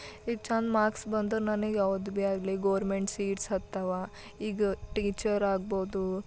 ಈಗ ಛಂದ್ ಮಾರ್ಕ್ಸ್ ಬಂದು ನನಗ್ ಯಾವುದು ಬಿ ಆಗಲಿ ಗೋರ್ಮೆಂಟ್ ಸೀಟ್ಸ್ ಆಗ್ತವ ಈಗ ಟೀಚರ್ ಆಗ್ಬೋದು